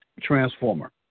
transformer